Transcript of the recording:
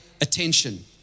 attention